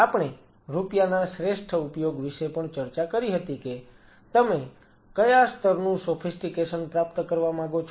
આપણે રૂપિયાના શ્રેષ્ઠ ઉપયોગ વિશે પણ ચર્ચા કરી હતી કે તમે ક્યાં સ્તર નું સોફિસ્ટિકેશન પ્રાપ્ત કરવા માંગો છો